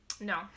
No